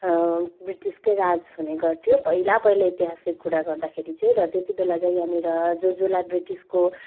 ब्रिटिसकै राज हुने गर्थ्यो पहिला पहिला ऐतिहासिक कुरा गर्दाखेरि चाहिँ र त्यति बेला चाहिँ यहाँनिर जसजसलाई ब्रिटिसको